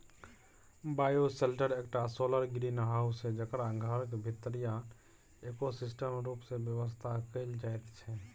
bioshelter एकटा solar greenhouse छै जकरा घरक भीतरीया इकोसिस्टम रुप मे बेबस्था कएल जाइत छै